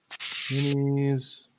Minis